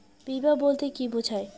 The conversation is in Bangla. বিমা বলতে কি বোঝায়?